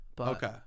Okay